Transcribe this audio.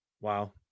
Wow